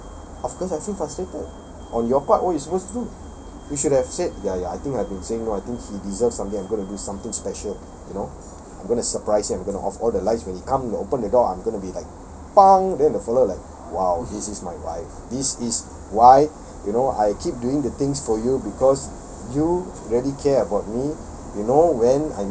then the whole week no of course I feel frustrated on your part what you supposed to do you should have said ya ya I think I've been saying I think he deserves something I'm going to do something special you know I'm going to surprise him I'm going to off all the lights when he come he open the door I'm going to be like then the fella will like !wow! this is my wife this is why you know I keep doing the things for you because you really care about me